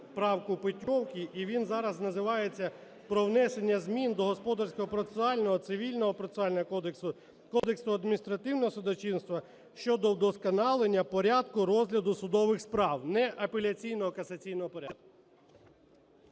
правку Петьовки, і він зараз називається: "Про внесення змін до Господарського процесуального, Цивільного процесуального кодексу, Кодексу адміністративного судочинства щодо удосконалення порядку розгляду судових справ". Не апеляційного, а касаційного порядку.